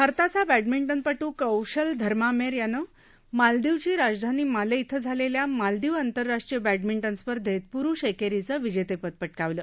भारताचा बॅडमिंटनपटू कौशल धर्मामेर यानं मालदिवची राजधानी माले ॐ झालेल्या मालदिव आंतरराष्ट्रीय बॅडमिन स्पर्धेत पुरुष एकेरीचं विजेतेपद पटकावलं